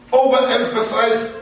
overemphasize